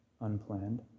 Unplanned